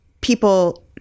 people